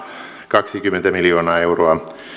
kaksikymmentä miljoonaa euroa